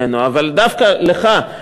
אבל דווקא לך,